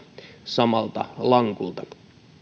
samalta lankulta